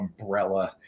umbrella